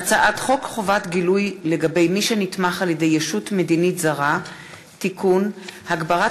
הצעת חוק חובת גילוי לגבי מי שנתמך על-ידי ישות מדינית זרה (תיקון) (הגברת